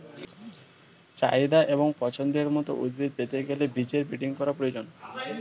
চাহিদা এবং পছন্দের মত উদ্ভিদ পেতে গেলে বীজের ব্রিডিং করার প্রয়োজন